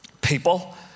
people